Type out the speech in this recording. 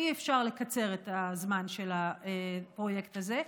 אי-אפשר לקצר את הזמן של הפרויקט הזה,